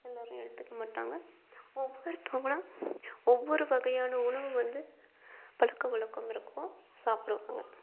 எல்லாேரும் எடுத்துக்க மாட்டாங்க ஒவ்வொருத்தவங்களும் ஒவ்வொரு வகையான உணவு வந்து பழக்க வழக்கம் இருக்கும் சாப்பிடுவாங்க